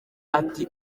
ati